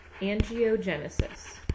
angiogenesis